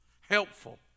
helpful